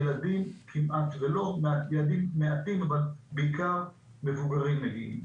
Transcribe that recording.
ילדים מעטים אבל בעיקר מגיעים מבוגרים.